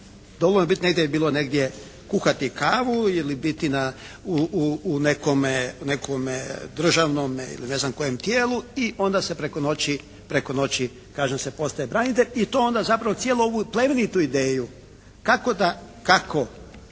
je biti negdje, bilo negdje kuhati kavu ili biti u nekome državnome tijelu i onda se preko noći, preko noći kažem se postaje branitelj i to onda zapravo cijelu ovu plemenitu ideju kako da, kako